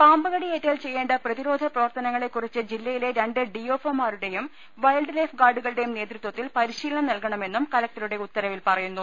പാമ്പ് കടിയേറ്റാൽ ചെയ്യേണ്ട പ്രതിരോധ പ്രവർത്തനങ്ങളെ ക്കുറിച്ച് ജില്ലയിലെ രണ്ട് ഡി എഫ് ഒ മാരുടെയും വൈൽഡ് ലൈഫ് ഗാർഡുകളുടെയും നേതൃത്വത്തിൽ പരിശീലനം നൽക ണമെന്നും കലക്ടറുടെ ഉത്തരവിൽ പറയുന്നു